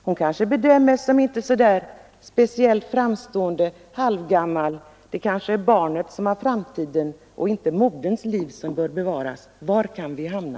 Hon kanske bedöms som inte speciellt framstående, halvgammal, det kanske är barnet som har framtiden och det kanske inte är moderns liv som bör bevaras. — Var kan vi hamna?